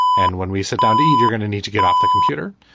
and when we sat down to eat, you're going to need to get off the computer